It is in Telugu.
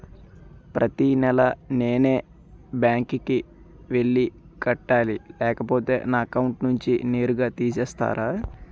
ప్రతి నెల నేనే బ్యాంక్ కి వెళ్లి కట్టాలి లేకపోతే నా అకౌంట్ నుంచి నేరుగా తీసేస్తర?